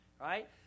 right